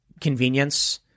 convenience